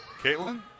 Caitlin